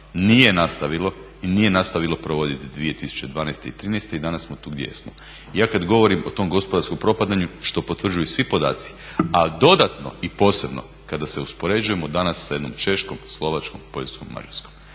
nije nastavilo i nije nastavilo provodit 2012. i 2013. i danas smo tu gdje jesmo. Ja kad govorim o tom gospodarskom propadanju što potvrđuju svi podaci, a dodatno i posebno kada se uspoređujemo danas sa jednom Češkom, Slovačkom, Poljskom, Mađarskom.